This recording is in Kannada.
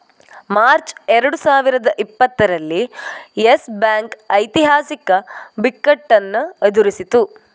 ಮಾರ್ಚ್ ಎರಡು ಸಾವಿರದ ಇಪ್ಪತ್ತರಲ್ಲಿ ಯೆಸ್ ಬ್ಯಾಂಕ್ ಐತಿಹಾಸಿಕ ಬಿಕ್ಕಟ್ಟನ್ನು ಎದುರಿಸಿತು